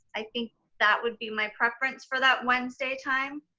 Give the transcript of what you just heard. i think that would be my preference for that wednesday time.